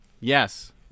Yes